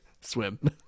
swim